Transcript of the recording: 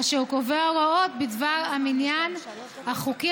אשר קובע הוראות בעניין המניין החוקי